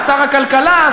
שר הכלכלה,